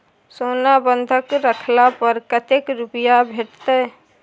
सोना बंधक रखला पर कत्ते रुपिया भेटतै?